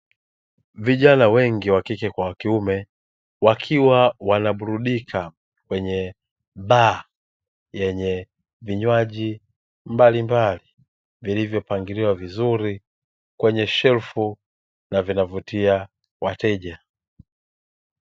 Vijana wengi wakike kwa wakiume wakiwa wanaburudika kwenye baa yenye vinywaji mbalimbali, vilivyopangiliwa vizuri kwenye shelfu na zinavutia wateja.